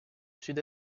sud